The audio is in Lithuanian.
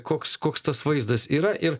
koks koks tas vaizdas yra ir